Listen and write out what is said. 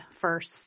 first